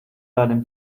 deinem